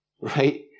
Right